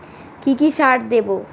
কি কি সার দেবো?